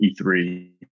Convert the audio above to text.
E3